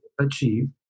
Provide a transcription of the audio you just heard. achieve